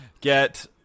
get